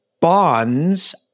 Bonds